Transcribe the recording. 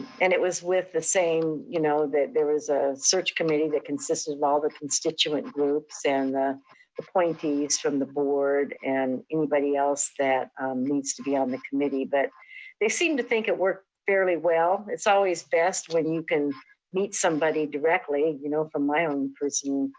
and it was with the same, you know there was a search committee that consists of all the constituent groups, and the the appointees from the board, and anybody else that needs to be on the committee. but they seem to think it worked fairly well. it's always best when you can meet somebody directly you know from my own personal